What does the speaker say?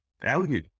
value